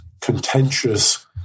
contentious